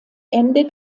ende